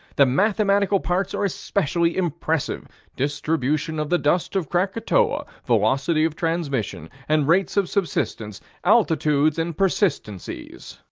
the mathematical parts are especially impressive distribution of the dust of krakatoa velocity of translation and rates of subsidence altitudes and persistences